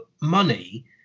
money